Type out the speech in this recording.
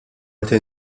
meta